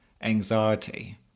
anxiety